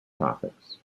topics